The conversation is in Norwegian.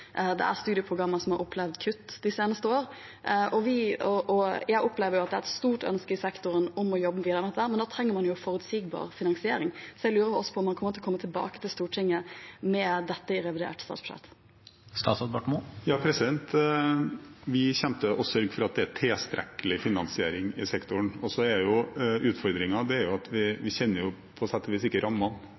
Det er studieprogrammer som har opplevd kutt de seneste år. Jeg opplever at det er et stort ønske i sektoren å jobbe videre med dette, men da trenger man forutsigbar finansiering. Jeg lurer på om man vil komme tilbake til Stortinget med dette i revidert statsbudsjett. Ja, vi kommer til å sørge for at det er tilstrekkelig finansiering i sektoren. Utfordringen er at vi på sett og vis ikke kjenner rammene. Verken jeg eller du eller noen andre her vet hvor mange det er som kommer, og vi